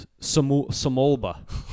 Samolba